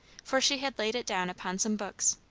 for she had laid it down upon some books,